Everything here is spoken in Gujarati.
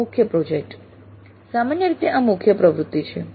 મુખ્ય પ્રોજેક્ટ સામાન્ય રીતે આ મુખ્ય પ્રવૃત્તિ છે